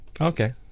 Okay